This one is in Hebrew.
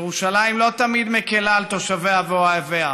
ירושלים לא תמיד מקילה על תושביה ואוהביה,